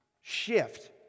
shift